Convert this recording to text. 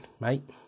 mate